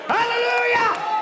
Hallelujah